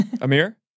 Amir